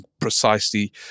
precisely